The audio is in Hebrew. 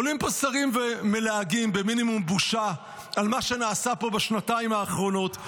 עולים פה שרים ומלהגים במינימום בושה על מה שנעשה פה בשנתיים האחרונות.